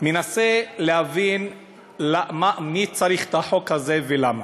ננסה להבין מי צריך את החוק הזה ולמה.